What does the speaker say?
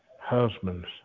husbands